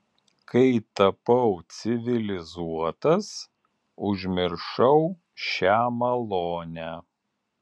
kai tapau civilizuotas užmiršau šią malonę